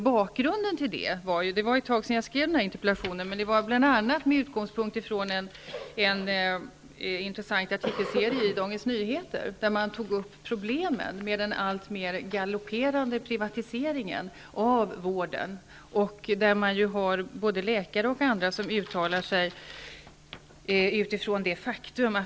Bakgrunden till interpellationen -- det är nu ett tag sedan jag skrev den -- var bl.a. en intressant artikelserie i Dagens Nyheter, där man tog upp problemen med den alltmer galopperande privatiseringen av vården och där både läkare och andra uttalade sig.